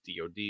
dod